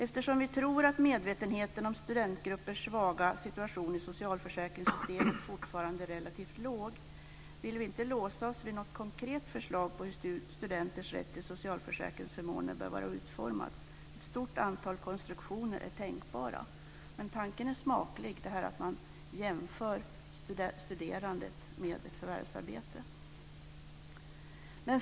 Eftersom man tror att medvetenheten om studentgruppers svaga situation i socialförsäkringssystemet fortfarande är relativt låg vill man inte låsa sig vid något konkret förslag på hur studenters rätt till socialförsäkringsförmåner bör vara utformad. Ett stort antal konstruktioner är tänkbara. Tanken är smaklig; man jämför studerandet med förvärvsarbete.